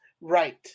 Right